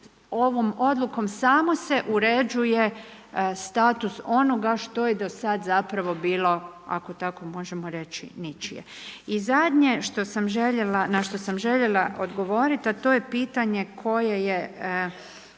Ovom odlukom samo se uređuje status onoga što je do sada zapravo bilo, ako tako možemo reći ničije. I zadnje što sam željela, na što sam željela odgovoriti, a to je pitanje koje je